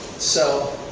so,